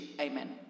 amen